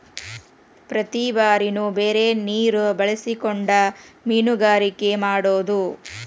ಪ್ರತಿ ಬಾರಿನು ಬೇರೆ ನೇರ ಬಳಸಕೊಂಡ ಮೇನುಗಾರಿಕೆ ಮಾಡುದು